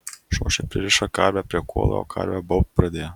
šošė pririšo karvę prie kuolo o karvė baubt pradėjo